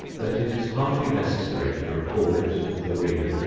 that it is hardly necessary to recall it to the reader.